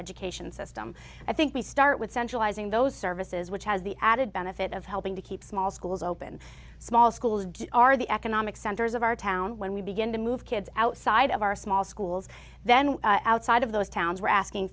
education system i think we start with centralizing those services which has the added benefit of helping to keep small schools open small schools are the economic centers of our town when we begin to move kids outside of our small schools then outside of those towns we're asking